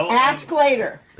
ask later